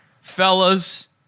Fellas